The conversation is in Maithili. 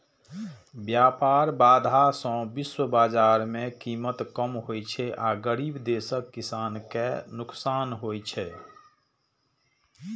व्यापार बाधा सं विश्व बाजार मे कीमत कम होइ छै आ गरीब देशक किसान कें नुकसान होइ छै